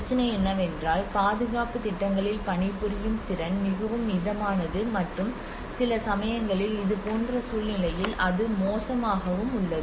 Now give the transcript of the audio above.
பிரச்சனை என்னவென்றால் பாதுகாப்புத் திட்டங்களில் பணிபுரியும் திறன் மிகவும் மிதமானது மற்றும் சில சமயங்களில் இதுபோன்ற சூழ்நிலையில் அது மோசமாகவும் உள்ளது